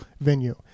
venue